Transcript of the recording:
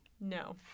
No